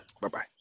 Bye-bye